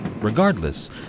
Regardless